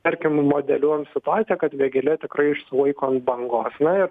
tarkim modeliuojam situaciją kad vėgėlė tikrai išsilaiko ant bangos na ir